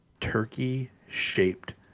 turkey-shaped